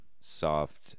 soft